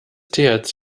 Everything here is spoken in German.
thc